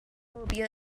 homophobia